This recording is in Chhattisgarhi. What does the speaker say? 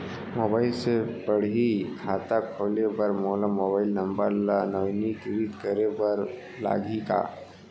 मोबाइल से पड़ही खाता खोले बर मोला मोबाइल नंबर ल नवीनीकृत करे बर लागही का?